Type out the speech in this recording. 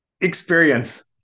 Experience